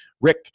Rick